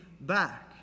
back